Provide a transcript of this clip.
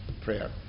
prayer